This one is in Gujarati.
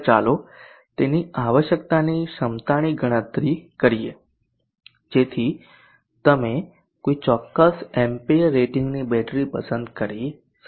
આગળ ચાલો તેની આવશ્યકતાની ક્ષમતાની ગણતરી કરીએ જેથી તમે કોઈ ચોક્કસ એમ્પીયર રેટિંગની બેટરી પસંદ કરી શકો